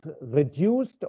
reduced